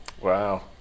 Wow